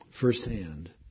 firsthand